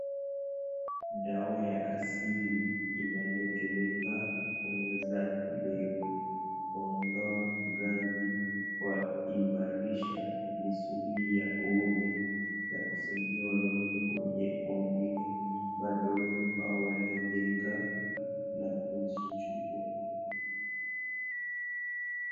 Dawa ya asili inayotumika kuongeza mbegu. Kuondoa gamvi kwa imara kuimarisha Usuli wa huume ya kusaidia wanaume wenye maumbile midogo ambao waliohadhirika